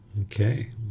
okay